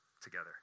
together